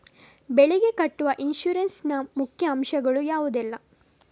ಬೆಳೆಗೆ ಕಟ್ಟುವ ಇನ್ಸೂರೆನ್ಸ್ ನ ಮುಖ್ಯ ಅಂಶ ಗಳು ಯಾವುದೆಲ್ಲ?